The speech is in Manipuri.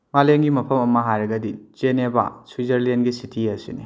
ꯃꯥꯂꯦꯝꯒꯤ ꯃꯐꯝ ꯑꯃ ꯍꯥꯏꯔꯒꯗꯤ ꯆꯦꯅꯦꯕ ꯁꯨꯏꯖꯔꯂꯦꯟꯒꯤ ꯁꯤꯇꯤ ꯑꯁꯤꯅꯤ